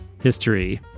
history